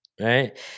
right